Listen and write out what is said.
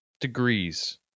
degrees